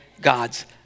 God's